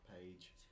page